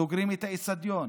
סוגרים את האצטדיון,